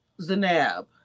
Zanab